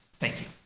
thank you!